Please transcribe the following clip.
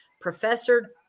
Professor